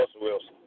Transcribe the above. Wilson